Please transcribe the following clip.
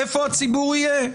איפה הציבור יהיה.